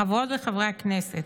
חברות וחברי הכנסת,